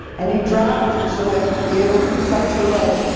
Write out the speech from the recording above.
and he dropped things so as to be able to touch her legs,